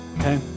okay